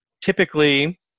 typically